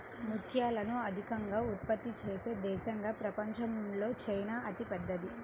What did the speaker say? ముత్యాలను అత్యధికంగా ఉత్పత్తి చేసే దేశంగా ప్రపంచంలో చైనా అతిపెద్దది